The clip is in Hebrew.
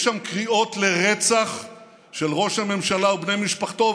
יש שם קריאות לרצח של ראש הממשלה ובני משפחתו,